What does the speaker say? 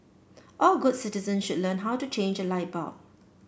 all good citizens should learn how to change a light bulb